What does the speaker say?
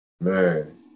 Man